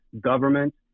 government